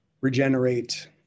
regenerate